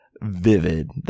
vivid